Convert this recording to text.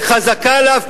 וחזקה עליו,